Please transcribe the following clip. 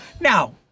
Now